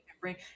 bring